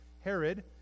Herod